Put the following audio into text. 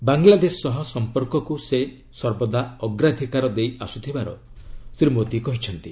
ବାଙ୍ଗ୍ଲାଦେଶ ସହ ସମ୍ପର୍କକୁ ସେ ସର୍ବଦା ଅଗ୍ରାଧକାର ଦେଇ ଆସୁଥିବାର ଶ୍ରୀ ମୋଦି କହିଛନ୍ତି